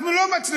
אנחנו לא מצליחים.